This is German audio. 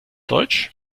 deutsch